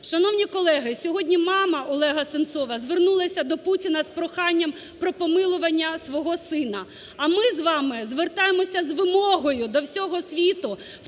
Шановні колеги, сьогодні мама ОлегаСенцова звернулася до Путіна з проханням про помилування свого сина. А ми з вами звертаємося з вимогою до всього світу,